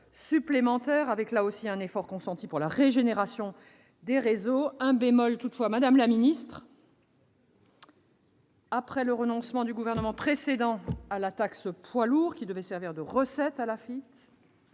supplémentaires, avec un effort particulier consenti pour la régénération des réseaux. Un bémol toutefois, madame la ministre : après le renoncement du gouvernement précédent à la taxe « poids lourd » qui devait servir de recettes pour l'AFITF,